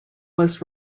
was